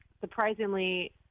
surprisingly